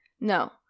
No